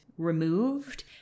removed